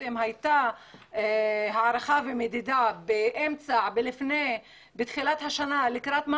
אם הייתה הערכה ומדידה בתחילת השנה לקראת מה